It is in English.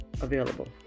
available